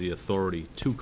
the authority to